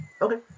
Okay